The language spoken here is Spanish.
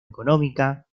económica